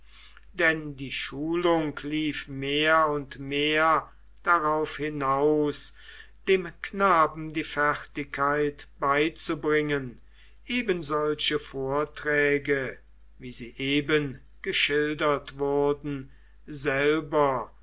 denn die schulung lief mehr und mehr darauf hinaus dem knaben die fertigkeit beizubringen ebensolche vorträge wie sie eben geschildert wurden selber